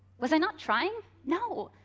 was i not trying? no!